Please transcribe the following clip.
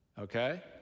okay